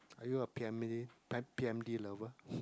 are you a P_M Lee P_M_D lover